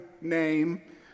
name